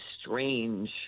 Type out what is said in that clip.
strange